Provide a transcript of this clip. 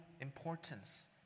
importance